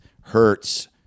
hurts